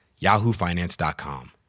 yahoofinance.com